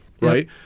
right